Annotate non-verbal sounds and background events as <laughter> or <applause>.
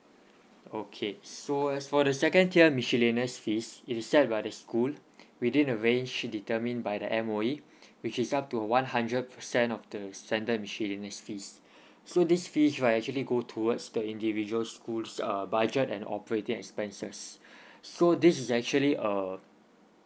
okay so as for the second tier miscellaneous fees it is set by the school <breath> within a range determined by the M_O_E <breath> which is up to one hundred percent of the standard miscellaneous fees <breath> so this fees right actually go towards the individual schools uh budget and operating expenses <breath> so this is actually a